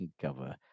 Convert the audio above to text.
cover